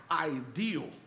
ideal